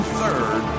third